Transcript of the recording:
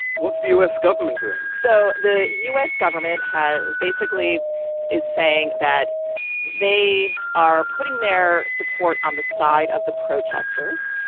what's the u s. government doing? so the u s. government has basically is saying that they are putting their support on the side of the protesters,